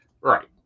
Right